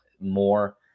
more